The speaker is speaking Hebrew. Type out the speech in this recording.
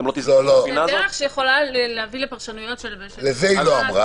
זו דרך שיכולה להביא לפרשנויות- -- זה היא לא אמרה.